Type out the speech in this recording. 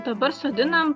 dabar sodinam